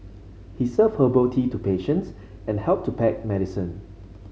he served herbal tea to patients and helped to pack medicine